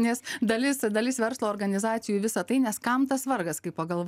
nes dalis dalis verslo organizacijų visa tai nes kam tas vargas kai pagal